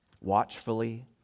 watchfully